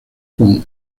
con